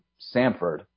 Samford